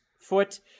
foot